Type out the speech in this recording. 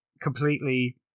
completely